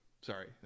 Sorry